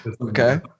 Okay